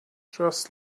just